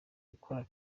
gukora